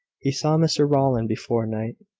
he saw mr rowland before night.